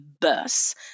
bus